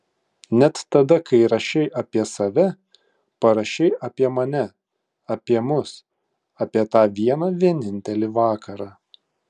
net tada kai rašei apie save parašei apie mane apie mus apie tą vieną vienintelį vakarą